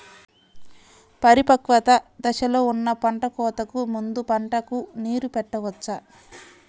పరిపక్వత దశలో ఉన్న పంట కోతకు ముందు పంటకు నీరు పెట్టవచ్చా?